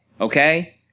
okay